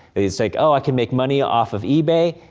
he say oh, i can make money off of ebay,